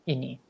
Ini